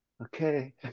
okay